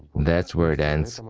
that's where it ends,